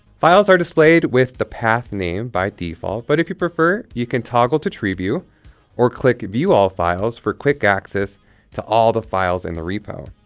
files are displayed with the path name by default but if you prefer you can toggle to tree view or click view all files for quick access to all the files in the repo.